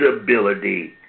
ability